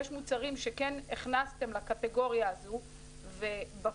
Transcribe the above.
יש מוצרים שכן הכנסת לקטגוריה הזו ובפועל